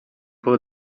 about